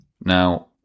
Now